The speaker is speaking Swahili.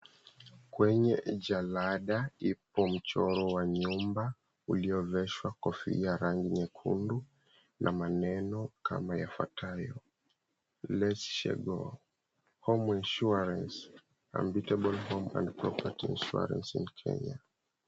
Kwenye jalada ipo mchoro wa nyumba uliovishwa kofia ya rangi nyekundu na maneno kama yafuatayo Lets Go home Insurance, Unbeatable home and Insurance in Kenya.